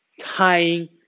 tying